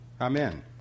Amen